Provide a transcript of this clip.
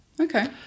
Okay